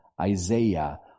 Isaiah